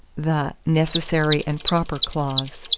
the necessary and proper clause.